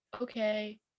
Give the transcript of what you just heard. Okay